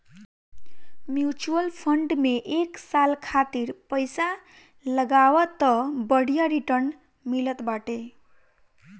mutual fund में एक साल खातिर पईसा लगावअ तअ बढ़िया रिटर्न मिलत बाटे